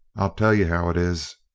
i'll tell you how it is.